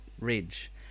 ridge